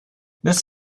this